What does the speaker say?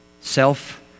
self